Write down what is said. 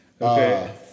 Okay